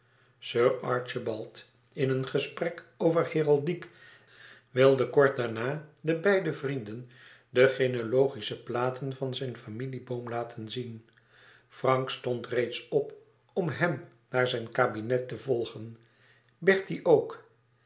sir archibald in een gesprek over heraldiek wilde kort daarna den beiden vrienden de genealogische platen van zijn familieboom laten zien frank stond reeds op om hem naar zijn kabinet te volgen bertie ook